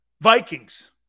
Vikings